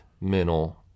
mental